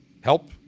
help